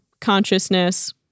consciousness